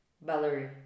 Valerie